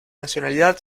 nacionalidad